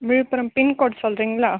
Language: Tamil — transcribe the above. விழுப்புரம் பின்கோடு சொல்கிறீங்களா